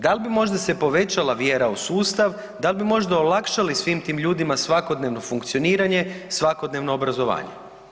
Da li bi možda se povećala vjera u sustav, da li bi možda olakšali svim tim ljudima svakodnevno funkcioniranje, svakodnevno obrazovanje?